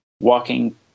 walking